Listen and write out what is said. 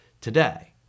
today